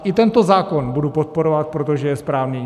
I tento zákon budu podporovat, protože je správný.